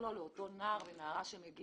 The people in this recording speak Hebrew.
לאותו נער או נערה שמגיעים.